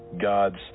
God's